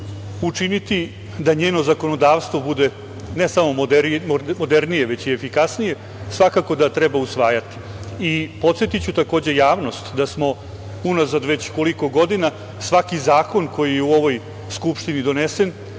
učiniti da njeno zakonodavstvo bude ne samo modernije već i efikasnije, svakako da treba usvajati. Podsetiću, takođe, javnost da smo unazad, već koliko godina, svaki zakon koji je u ovoj Skupštini donesen,